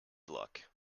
luck